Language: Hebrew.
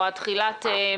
או עד תחילת מאי,